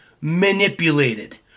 manipulated